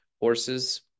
horses